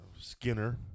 Skinner